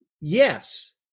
Yes